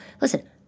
listen